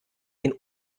den